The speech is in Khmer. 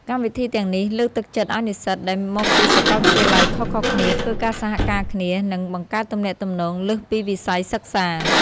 កម្មវិធីទាំងនេះលើកទឹកចិត្តឲ្យនិស្សិតដែលមកពីសកលវិទ្យាល័យខុសៗគ្នាធ្វើការសហការគ្នា និងបង្កើតទំនាក់ទំនងលើសពីវិស័យសិក្សា។